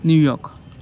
New York